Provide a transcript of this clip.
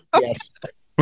Yes